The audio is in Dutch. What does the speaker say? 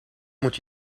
moet